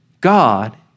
God